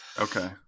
Okay